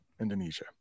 Indonesia